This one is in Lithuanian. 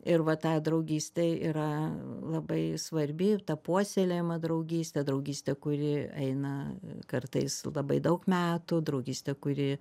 ir va tą draugystei yra labai svarbi ta puoselėjama draugystė draugystė kuri eina kartais labai daug metų draugystė kuri